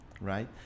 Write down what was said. right